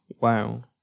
Wow